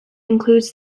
includes